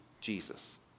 Jesus